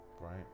Right